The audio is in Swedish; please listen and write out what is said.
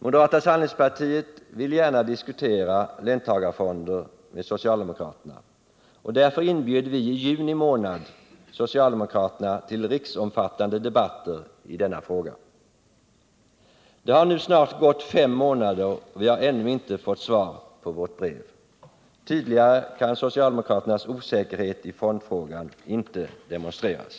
Moderata samlingspartiet vill gärna diskutera löntagarfonder med socialdemokraterna, och därför inbjöd vi i juni månad socialdemokraterna till riksomfattande debatter i denna fråga. Det har nu snart gått fem månader, och vi har ännu inte fått svar på vårt brev. Tydligare kan socialdemokraternas osäkerhet i fondfrågan inte demonstreras.